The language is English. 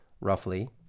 roughly